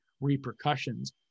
repercussions